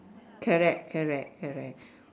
correct correct correct